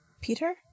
Peter